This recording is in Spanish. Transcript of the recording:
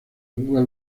google